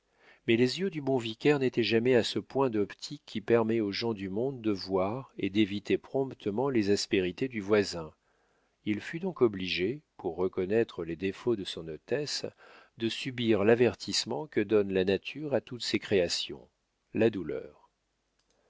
mais les yeux du bon vicaire n'étaient jamais à ce point d'optique qui permet aux gens du monde de voir et d'éviter promptement les aspérités du voisin il fut donc obligé pour reconnaître les défauts de son hôtesse de subir l'avertissement que donne la nature à toutes ses créations la douleur